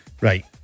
Right